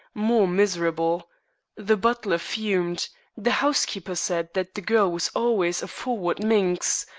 more miserable the butler fumed the housekeeper said that the girl was always a forward minx,